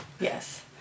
Yes